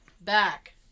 back